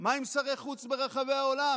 מה עם שרי חוץ ברחבי העולם?